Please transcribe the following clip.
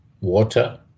water